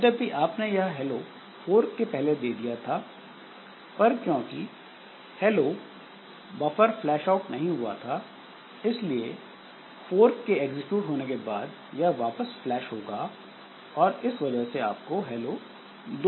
यद्यपि आपने यह हेलो फोर्क के पहले दे दिया था पर क्योंकि हेलो बफर फ्लैशऑउट नहीं हुआ था इसलिए फोर्क के एग्जीक्यूट होने के बाद यह फ्लैश होगा और इस वजह से आपको हेलो दो बार मिलेगा